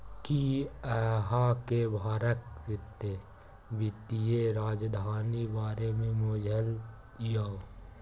कि अहाँ केँ भारतक बित्तीय राजधानी बारे मे बुझल यै?